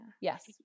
yes